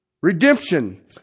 Redemption